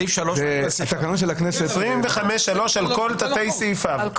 סעיף 25(3) על כל תתי סעיפיו.